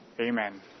Amen